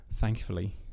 Thankfully